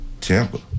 Tampa